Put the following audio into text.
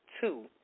two